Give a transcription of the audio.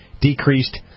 decreased